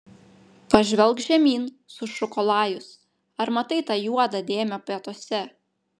pažvelk žemyn sušuko lajus ar matai tą juodą dėmę pietuose